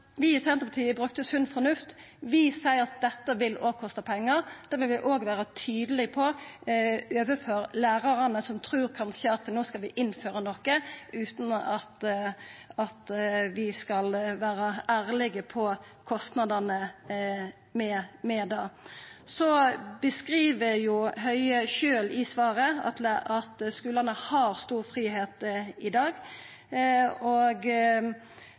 vi i Senterpartiet brukte sunn fornuft. Vi seier at dette vil kosta pengar. Det bør vi òg vera tydelege på overfor lærarane, som kanskje trur at vi no skal innføra noko utan at vi vil vera ærlege om kostnadene ved det. Høie beskriv sjølv i svaret at skulane har stor fridom i dag.